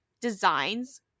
designs